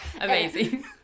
amazing